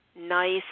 nice